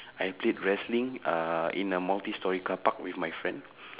I played wrestling uh in a multi storey car park with my friend